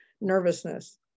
nervousness